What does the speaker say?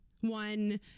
one